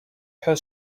her